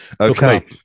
okay